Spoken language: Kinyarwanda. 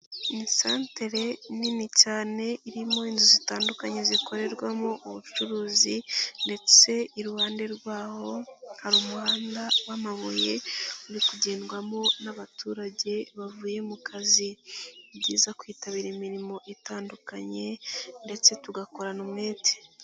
Ni isantere nini cyane irimo inzu zitandukanye zikorerwamo ubucuruzi ndetse iruhande rw'aho hari umuhanda w'amabuye uri kugendwamo n'abaturage bavuye mu kazi, ni byiza kwitabira imirimo itandukanye ndetse tugakorana umwete.